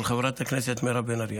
של חברת הכנסת מירב בן ארי,